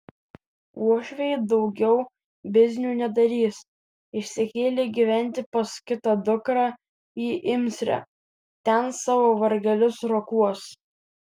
uošviai daugiau biznių nedarys išsikėlė gyventi pas kitą dukrą į imsrę ten savo vargelius rokuos